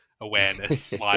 awareness